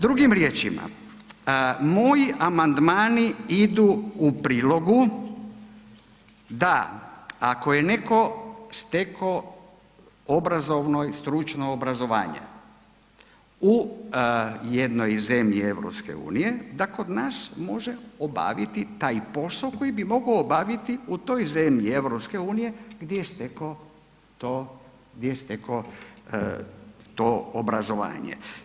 Drugim riječima, moji amandmani idu u prilogu da, ako je netko stekao obrazovno, stručno obrazovanje u jednoj zemlji EU, da kod nas može obaviti taj posao koji bi mogao obaviti u toj zemlji EU gdje je stekao to, gdje je stekao to obrazovanje.